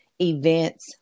events